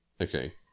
Okay